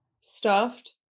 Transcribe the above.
stuffed